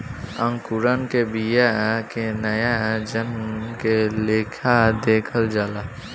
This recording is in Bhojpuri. अंकुरण के बिया के नया जन्म के लेखा देखल जाला